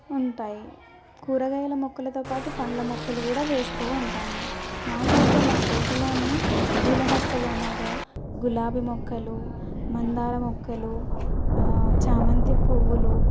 ఉంటాయి కూరగాయల మొక్కలతో పాటు పండ్ల మొక్కలు కూడా వేస్తూ ఉంటాము నాకైతే మా తోటలోని పూల మొక్కలు అనగా గులాబీ మొక్కలు మందార మొక్కలు ఛామంతి పువ్వులు